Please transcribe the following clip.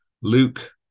Luke